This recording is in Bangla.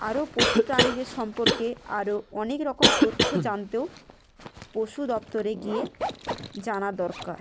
আরও পশু প্রাণীদের সম্পর্কে আরও অনেক রকম তথ্য জানতেও পশু দফতরে গিয়ে জানা দরকার